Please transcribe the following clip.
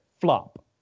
flop